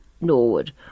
Norwood